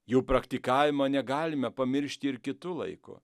jų praktikavimą negalime pamiršti ir kitu laiku